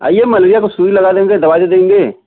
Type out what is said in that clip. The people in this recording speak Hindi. आइए मलेरिया का सुई लगा देंगे दवाई दे देंगे